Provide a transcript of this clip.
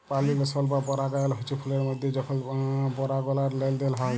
পালিলেশল বা পরাগায়ল হচ্যে ফুলের মধ্যে যখল পরাগলার লেলদেল হয়